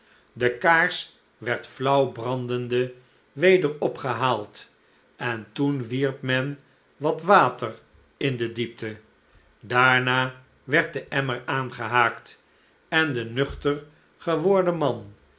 de kaars werd flauw brandende weder opgehaald en toen wierp men wat water in de diepte daarna werd de emmer aangehaakt en de nuchter geworden man